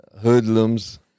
hoodlums